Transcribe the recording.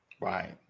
Right